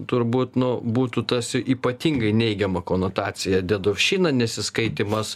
turbūt nu būtų tas i ypatingai neigiama konotacija dedovščina nesiskaitymas